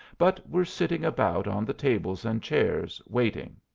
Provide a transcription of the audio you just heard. but were sitting about on the tables and chairs, waiting.